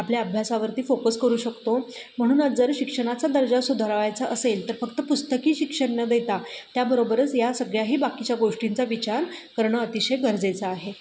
आपल्या अभ्यासावरती फोकस करू शकतो म्हणूनच जर शिक्षणाचा दर्जा सुधारावयाचा असेल तर फक्त पुस्तकी शिक्षण न देता त्याबरोबरच या सगळ्याही बाकीच्या गोष्टींचा विचार करणं अतिशय गरजेचं आहे